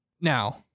Now